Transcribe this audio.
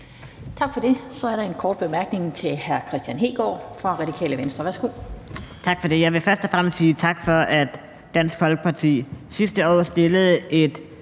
Tak for det. Så er der en kort bemærkning til hr. Kristian Hegaard fra Radikale Venstre. Værsgo. Kl. 16:15 Kristian Hegaard (RV): Tak for det. Jeg vil først og fremmest sige tak for, at Dansk Folkeparti sidste år fremsatte et